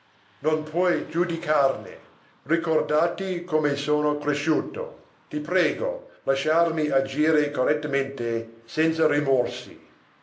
non puoi giudicarne ricordati come sono cresciuto ti prego lasciami agire correttamente senza rimorsi